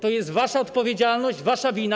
To jest wasza odpowiedzialność, wasza wina.